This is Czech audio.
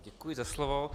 Děkuji za slovo.